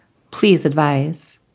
please advise